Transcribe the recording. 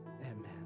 amen